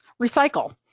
recycle,